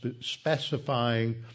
specifying